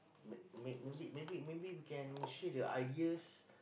may may maybe maybe maybe we can share the ideas